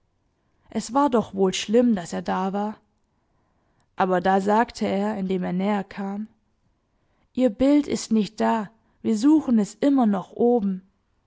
es war doch wohl schlimm daß er da war aber da sagte er indem er näher kam ihr bild ist nicht da wir suchen es immer noch oben